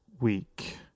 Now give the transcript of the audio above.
week